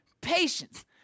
patience